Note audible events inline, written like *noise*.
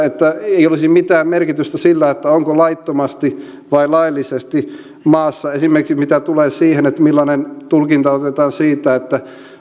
*unintelligible* että ei olisi mitään merkitystä sillä onko laittomasti vai laillisesti maassa esimerkiksi mitä tulee siihen millainen tulkinta otetaan siitä